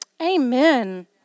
Amen